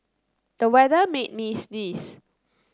the weather made me sneeze